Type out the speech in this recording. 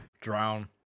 Drown